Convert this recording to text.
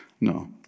No